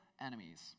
enemies